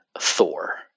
Thor